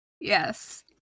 yes